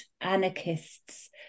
anarchists